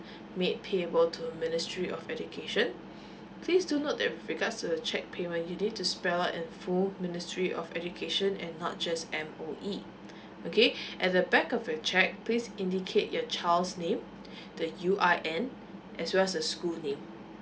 made payable to ministry of education please do note that because the check payment you need to spell in full ministry of education and not just M_O_E okay at the back of your check please indicate your child's name the U_R_N as well as the school name